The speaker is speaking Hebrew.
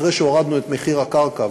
אחרי שהורדנו את מחיר הקרקע,